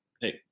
hey